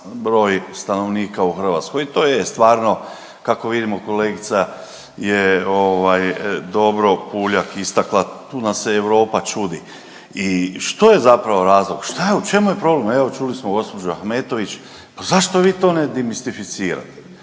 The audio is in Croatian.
broj stanovnika u Hrvatskoj i to je stvarno kako vidimo kolegica je ovaj dobro Puljak istakla tu nam se Europa čudi i što je zapravo razlog, šta je, u čemu je problem, evo čuli smo gđu. Ahmetović, pa zašto vi to ne demistificirate,